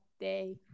day